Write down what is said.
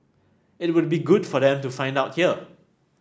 it would be good for them to find out here